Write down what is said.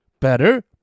better